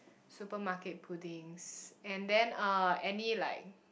supermarket puddings and then uh any like